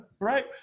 right